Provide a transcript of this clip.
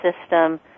system